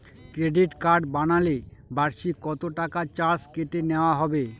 Credit card বানালে বার্ষিক কত টাকা চার্জ কেটে নেওয়া হবে?